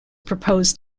propose